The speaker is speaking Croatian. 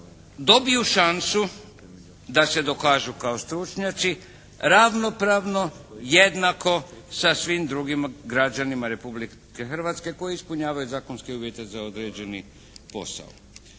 dobiju šansu da se dokažu kao stručnjaci ravnopravno, jednako sa svim drugim građanima Republike Hrvatske koji ispunjavaju zakonske uvjete za određeni posao.